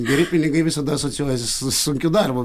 geri pinigai visada asocijuojasi su sunkiu darbu